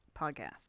podcast